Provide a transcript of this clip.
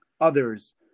others